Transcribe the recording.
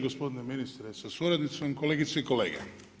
Gospodine ministre sa suradnicom, kolegice i kolege.